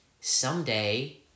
Someday